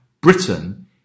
Britain